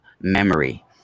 memory